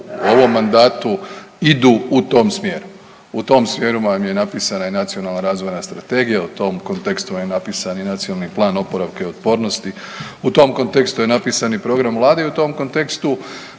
u ovom mandatu idu u tom smjeru. U tom smjeru vam je i napisana i nacionalna razvojna strategija, u tom kontekstu vam je napisan i NPOO, u tom kontekstu je napisan i program vlade i u tom kontekstu